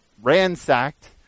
ransacked